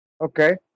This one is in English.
Okay